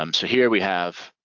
um so here we have